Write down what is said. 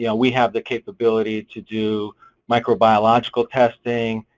yeah we have the capability to do microbiological testing,